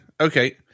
okay